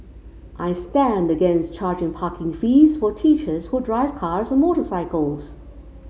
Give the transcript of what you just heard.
I stand against charging parking fees for teachers who drive cars or motorcycles